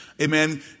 amen